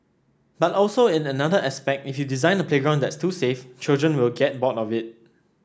but also in another aspect if you design a playground that's too safe children will get bored of it